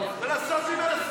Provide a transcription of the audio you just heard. מה מפריע לו במסמך המופלא הזה,